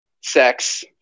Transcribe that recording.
sex